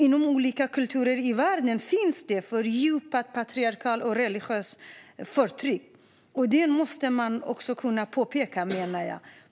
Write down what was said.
Inom olika kulturer i världen finns det ett fördjupat patriarkalt och religiöst förtryck, och det menar jag att man måste kunna påpeka.